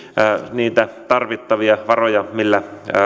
niitä tarvittavia varoja millä